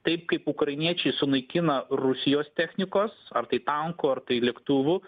taip kaip ukrainiečiai sunaikina rusijos technikos ar tai tankų ar tai lėktuvų